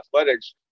athletics